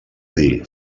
dir